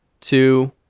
two